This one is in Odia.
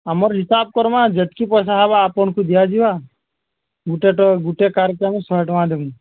ଆମର୍ ହିସାବ୍ କର୍ମା ଯେତ୍କି ପଏସା ହେବା ଆପଣ୍କୁ ଦିଆଯିବା ଗୁଟେ ଗୁଟେ କାର୍କେ ଆମେ ଶହେ ଟଙ୍କା ଦେମୁ